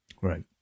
right